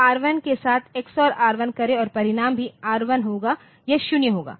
तो R1 के साथ Xor R1करे और परिणाम भी R1होगा यह शून्य होगा